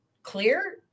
Clear